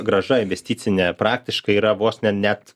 grąža investicinė praktiškai yra vos ne net